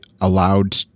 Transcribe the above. allowed